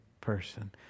person